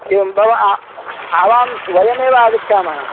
एवं भव आवां वयमेव आगच्छामः